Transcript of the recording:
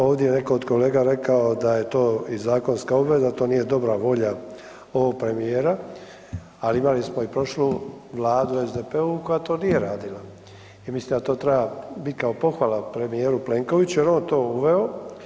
Ovdje je neko od kolega rekao da je to i zakonska obveza, to nije dobra volja ovog premijera, ali imali smo i prošlu vladu SDP-ovu koja to nije radila i mislim da to treba bit kao pohvala premijeru Plenkoviću jer je on to uveo.